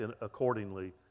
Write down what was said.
accordingly